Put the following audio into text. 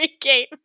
game